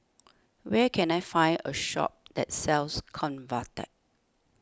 where can I find a shop that sells Convatec